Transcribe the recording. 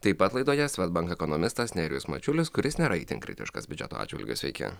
taip pat laidoje svedbank ekonomistas nerijus mačiulis kuris nėra itin kritiškas biudžeto atžvilgiu sveiki